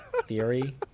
theory